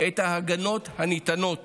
את ההגנות הניתנות